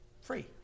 free